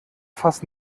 fass